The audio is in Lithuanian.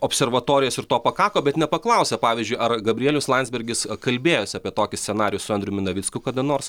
observatorijas ir to pakako bet nepaklausė pavyzdžiui ar gabrielius landsbergis kalbėjosi apie tokį scenarijų su andriumi navicku kada nors